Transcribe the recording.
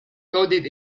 coded